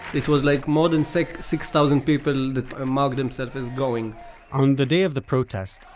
it was like more than six six thousand people that ah mark themselves as going on the day of the protest,